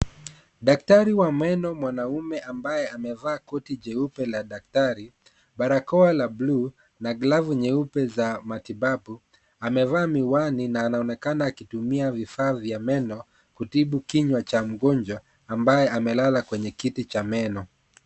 Daktari wa meno mwanaume ambaye amevaa koti jeupe la daktari, barakoa la bluu, na glavu nyeupe za matibabu, amevaa miwani na anaonekana akitumia vifaa vya meno kutibu kinywa cha mgonjwa, ambaye amelala kwenye kiti cha meno.